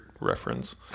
reference